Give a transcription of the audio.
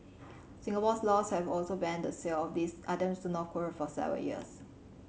Singapore's laws have also banned the sale of these items to North Korea for several years